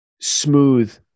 smooth